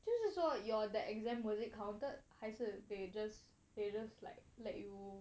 就是说要 that exam was it counted 还是 they just they just like like you